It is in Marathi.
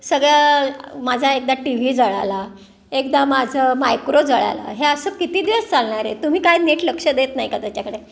सगळं माझा एकदा टी व्ही जळाला एकदा माझं मायक्रो जळाला हे असं किती दिवस चालणार आहे तुम्ही काय नीट लक्ष देत नाही का त्याच्याकडे